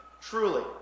truly